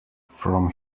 from